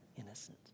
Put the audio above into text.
Innocent